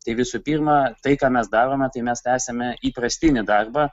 tai visų pirma tai ką mes darome tai mes tęsiame įprastinį darbą